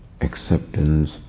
acceptance